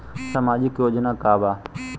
सामाजिक योजना का बा?